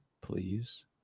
please